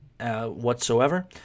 Whatsoever